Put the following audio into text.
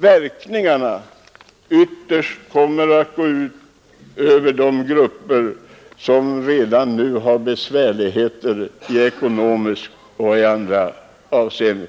Verkningarna kommer ytterst att gå ut över de grupper som redan nu har besvärligheter i ekonomiskt och annat avseende.